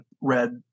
read